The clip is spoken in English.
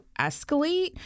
escalate